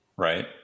Right